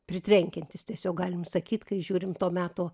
pritrenkiantis tiesiog galim sakyt kai žiūrim to meto